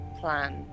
plan